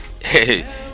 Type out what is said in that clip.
hey